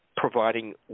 Providing